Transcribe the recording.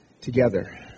together